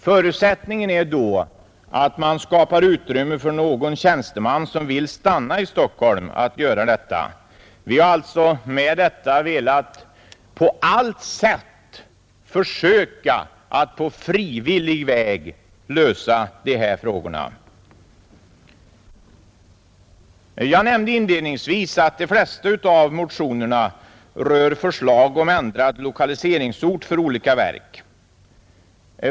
Förutsättningen är då att man skapar utrymme för någon tjänsteman som vill stanna i Stockholm att göra detta. Vi har alltså velat på allt sätt försöka att på frivillig väg lösa de här frågorna. Jag nämnde inledningsvis att de flesta av motionerna rör förslag om ändrad lokaliseringsort för olika verk.